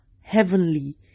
heavenly